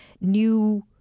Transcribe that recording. new